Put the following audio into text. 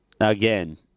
again